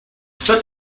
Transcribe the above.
that